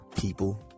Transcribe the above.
people